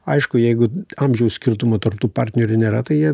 aišku jeigu amžiaus skirtumo tarp tų partnerių nėra tai jie